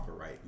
right